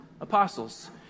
apostles